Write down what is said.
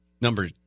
number